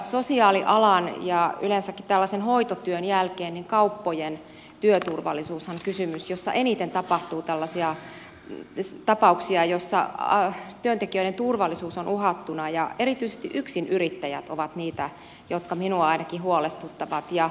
sosiaalialan ja yleensäkin tällaisen hoitotyön jälkeen kauppojen työturvallisuus on kysymys jossa eniten on tällaisia tapauksia joissa työntekijöiden turvallisuus on uhattuna ja erityisesti yksinyrittäjät ovat niitä jotka minua ainakin huolestuttavat